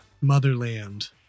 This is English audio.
Motherland